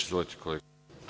Izvolite kolega.